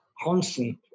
constant